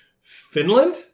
Finland